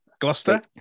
Gloucester